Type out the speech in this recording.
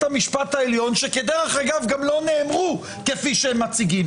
המשפט העליון שגם לא נאמרו כפי שהם מציגים.